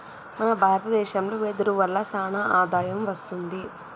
మన భారత దేశంలో వెదురు వల్ల సానా ఆదాయం వస్తుంది